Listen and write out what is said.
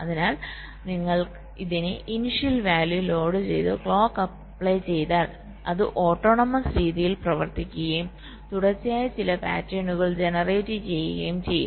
അതിനാൽ നിങ്ങൾ അത് ഇനിഷ്യൽ വാല്യൂ ലോഡുചെയ്ത് ക്ലോക്ക് അപ്ലൈ ചെയ്താൽ അത് ഓട്ടോണോമിസ് രീതിയിൽ പ്രവർത്തിക്കുകയും തുടർച്ചയായി ചില പാറ്റേണുകൾ ജനറേറ്റ് ചെയ്യുകയും ചെയ്യും